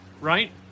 right